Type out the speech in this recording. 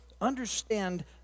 understand